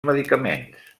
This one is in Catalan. medicaments